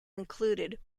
included